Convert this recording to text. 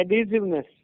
adhesiveness